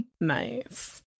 Nice